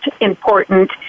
important